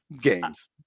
games